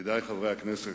ידידי חברי הכנסת,